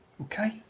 Okay